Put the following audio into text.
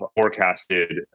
forecasted